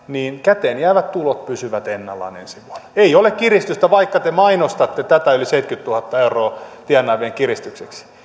käteenjäävät tulot pysyvät ennallaan ensi vuonna ei ole kiristystä vaikka te mainostatte tätä yli seitsemänkymmentätuhatta euroa tienaavien kiristykseksi